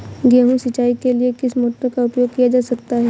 गेहूँ सिंचाई के लिए किस मोटर का उपयोग किया जा सकता है?